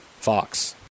Fox